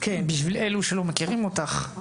בשביל אלו שלא מכירים אותך,